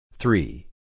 Three